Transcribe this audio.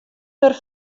der